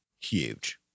huge